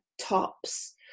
tops